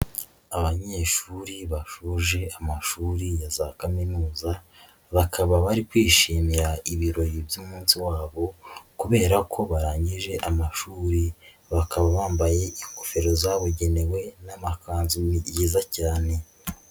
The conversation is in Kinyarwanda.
Abanyeshuri bashoje amashuri ya za kaminuza bakaba bari kwishimira ibirori by'umunsi wabo kubera ko barangije amashuri, bakaba bambaye ingofero zabugenewe n'amakanzu byiza cyane.